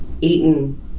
eaten